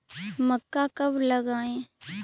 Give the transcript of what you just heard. मक्का कब लगाएँ?